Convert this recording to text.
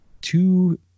two